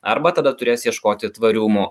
arba tada turės ieškoti tvarių mo